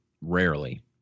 Rarely